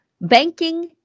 banking